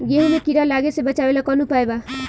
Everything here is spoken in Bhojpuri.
गेहूँ मे कीड़ा लागे से बचावेला कौन उपाय बा?